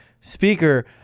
speaker